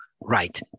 right